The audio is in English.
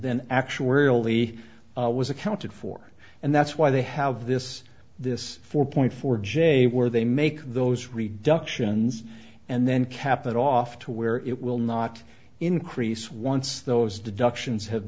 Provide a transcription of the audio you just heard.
than actuarially was accounted for and that's why they have this this four point four j where they make those reductions and then cap it off to where it will not increase once those deductions have